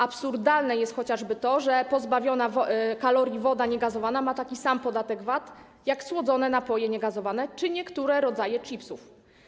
Absurdalne jest chociażby to, że pozbawiona kalorii woda niegazowana ma taki sam podatek VAT jak słodzone napoje niegazowane czy niektóre rodzaje czipsów.